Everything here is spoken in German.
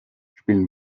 spielen